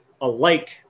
alike